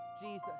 Jesus